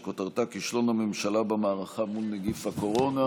שכותרתה: כישלון הממשלה במערכה מול נגיף הקורונה.